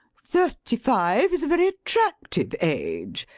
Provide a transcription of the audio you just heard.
thirty five is a very attractive age.